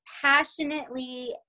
passionately